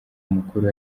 mukuru